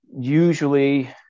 usually